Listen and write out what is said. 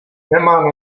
nemá